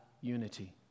unity